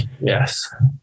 Yes